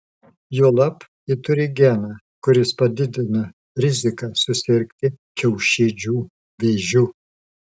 juolab ji turi geną kuris padidina riziką susirgti kiaušidžių vėžiu